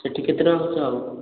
ସେଠି କେତେ ଟଙ୍କା ଖର୍ଚ୍ଚ ହେବ